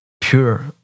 pure